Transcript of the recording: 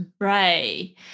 Right